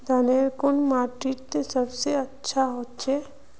धानेर कुन माटित सबसे अच्छा होचे?